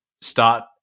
start